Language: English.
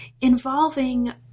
involving